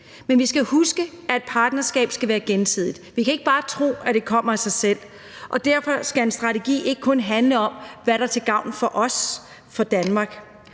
sige. Vi skal huske, at et partnerskab skal være gensidigt; vi kan ikke bare tro, at det kommer af sig selv. Og derfor skal en strategi ikke kun handle om, hvad der er til gavn for os, for Danmark.